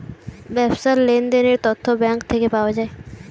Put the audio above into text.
ব্যবসার লেনদেনের তথ্য ব্যাঙ্ক থেকে পাওয়া যায়